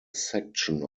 section